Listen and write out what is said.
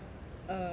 err